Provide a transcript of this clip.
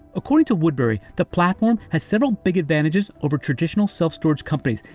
according to woodbury, the platform has several big advantages over traditional self-storage companies,